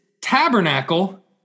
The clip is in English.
tabernacle